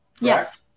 Yes